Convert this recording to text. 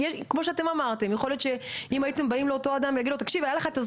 זה באמת קשה לשמוע שיש אנשים שלא ידעו על האפשרות,